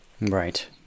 Right